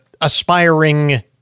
aspiring